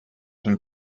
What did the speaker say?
can